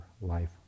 life